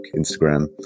Instagram